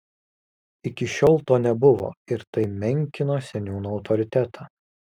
iki šiol to nebuvo ir tai menkino seniūno autoritetą